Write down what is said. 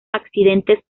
accidentes